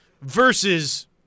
versus